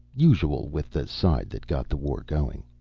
usual with the side that got the war going.